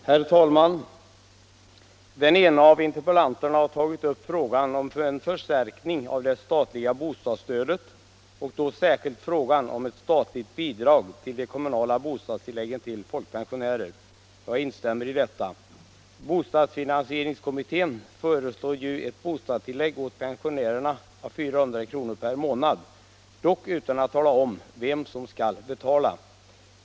Herr talman! Den ene av interpellanterna har tagit upp frågan om en förstärkning av det statliga bostadsstödet och då särskilt frågan om ett statligt bidrag till de kommunala bostadstilläggen till folkpensionärer. Jag instämmer i vad som sagts därvidlag. Bostadsfinansieringskommittén föreslår ju ett bostadstillägg åt pensionärer på 400 kr. per månad, dock utan att tala om vem som skall betala.